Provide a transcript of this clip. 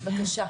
בבקשה.